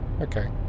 Okay